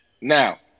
Now